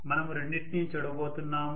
మనము రెండింటిని చూడబోతున్నాము